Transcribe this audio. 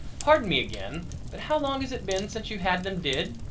pardon me again but how long has it been since you had them did?